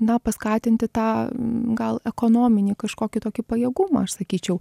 na paskatinti tą gal ekonominį kažkokį tokį pajėgumą aš sakyčiau